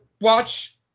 watch